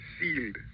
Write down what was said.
sealed